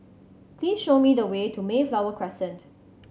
please show me the way to Mayflower Crescent